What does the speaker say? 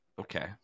Okay